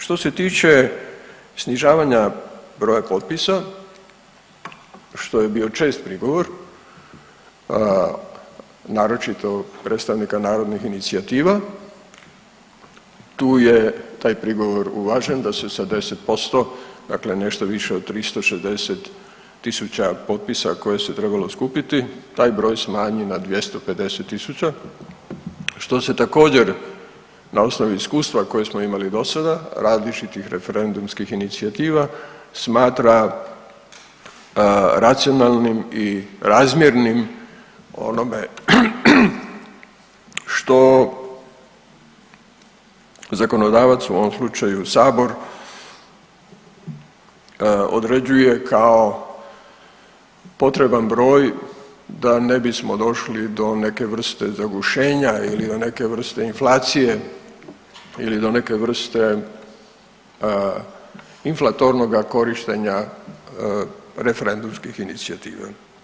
Što se tiče snižavanja broja potpisa, što je bio čest prigovor, naročito predstavnika narodnih inicijativa, tu je taj prigovor uvažen da se sa 10% dakle nešto više od 360.000 potpisa koje se trebalo skupiti taj broj smanji na 250.000 što se također na osnovi iskustva koje smo imali dosada različitih referendumskih inicijativa smatra racionalnim i razmjernim onome što zakonodavac u ovom slučaju sabor određuje kao potreban broj da ne bismo došli do neke vrste zagušenja ili do neke vrste inflacije ili do neke vrste inflatornoga korištenja referendumskih inicijativa.